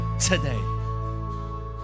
Today